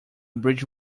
bridge